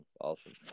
Awesome